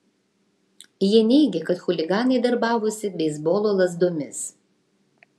jie neigė kad chuliganai darbavosi beisbolo lazdomis